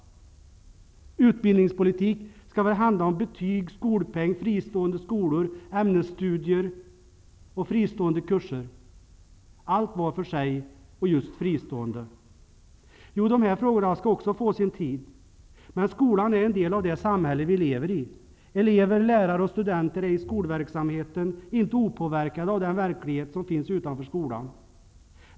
Utbildningspolitik skall väl handla om betyg, skolpeng, fristående skolor, ämnesstudier och fristående kurser - allt var för sig och just fristående. Jo, dessa frågor skall också få sin tid. Men skolan är en del av det samhälle vi lever i. Elever, lärare och studenter är i skolverksamheten inte opåverkade av den verklighet som finns utanför skolan.